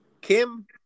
Kim